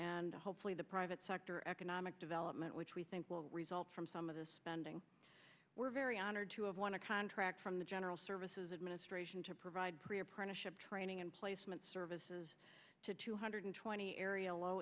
and hopefully the private sector economic development which we think will all from some of the spending we're very honored to have won a contract from the general services administration to provide pre apprenticeship training and placement services to two hundred twenty area low